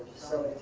so